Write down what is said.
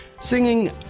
singing